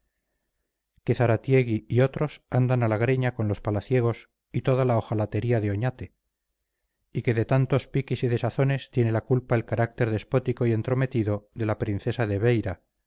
que zaratiegui y otros andan a la greña con los palaciegos y toda la ojalatería de oñate y que de tantos piques y desazones tiene la culpa el carácter despótico y entrometido de la princesa de beira